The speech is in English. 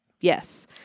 Yes